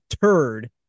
turd